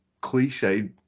cliche